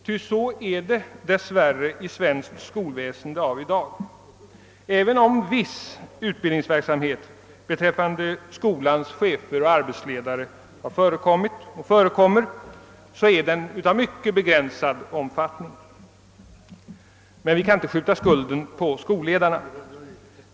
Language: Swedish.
Ty så är det dess värre i svenskt skolväsende av i dag. Även om viss utbildningsverksamhet beträffande skolans chefer och arbetsledare förekommit och förekommer, är den av mycket begränsad omfattning. Men vi kan inte skjuta skulden på skolledarna.